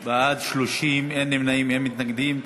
בעד, 30, אין נמנעים, אין מתנגדים.